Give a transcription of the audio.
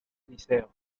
liceo